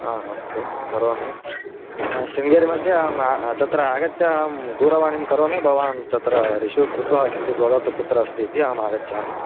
हा अस्तु करोमि शृङ्गेरि मध्ये अहं तत्र आगत्य अहं दूरवाणीं करोमि भवान् तत्र रिशीव् कृत्वा किञ्चित् वदतु कुत्र अस्ति इति अहम् आगच्छामि